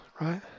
right